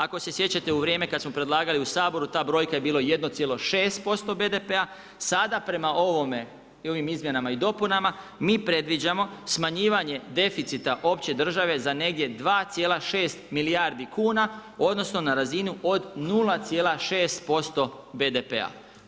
Ako se sjećate u vrijeme kada smo predlagali u Saboru ta brojka je bila 1,6% BDP-a, sada prema ovome i ovim izmjenama i dopunama mi predviđamo smanjivanje deficita opće države za negdje 2,6 milijardi kuna, odnosno na razinu od 0,6% BDP-a.